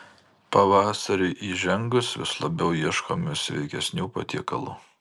pavasariui įžengus vis labiau ieškome sveikesnių patiekalų